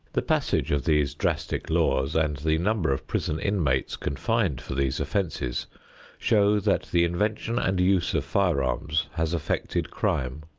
the passage of these drastic laws and the number of prison inmates confined for these offenses show that the invention and use of firearms has affected crime,